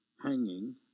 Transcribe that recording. hanging